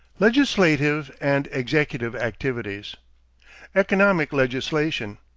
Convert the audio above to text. legislative and executive activities economic legislation.